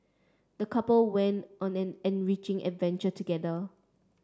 the couple went on an enriching adventure together